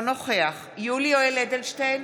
אינו נוכח יולי יואל אדלשטיין,